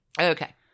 Okay